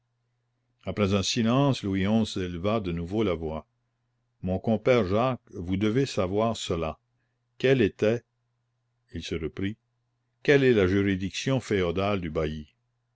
après un silence louis xi éleva de nouveau la voix mon compère jacques vous devez savoir cela quelle était il se reprit quelle est la juridiction féodale du